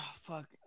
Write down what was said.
fuck